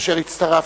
כאשר הצטרפנו.